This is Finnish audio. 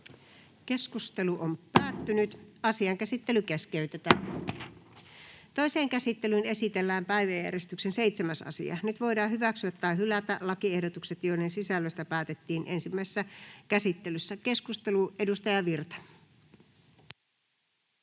sekä niihin liittyviksi laeiksi Time: N/A Content: Toiseen käsittelyyn esitellään päiväjärjestyksen 7. asia. Nyt voidaan hyväksyä tai hylätä lakiehdotukset, joiden sisällöstä päätettiin ensimmäisessä käsittelyssä. — Keskustelu, edustaja Virta.